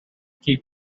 keep